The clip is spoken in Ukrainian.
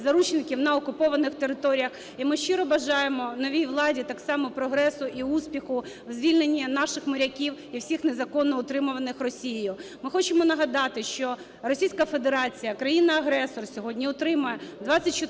заручників на окупованих територіях, і ми щиро бажаємо новій владі так само прогресу і успіху в звільненні наших моряків і всіх незаконно утримуваних Росією. Ми хочемо нагадати, що Російська Федерація, країна-агресор, сьогодні утримує 24 моряки,